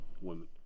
women